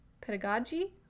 pedagogy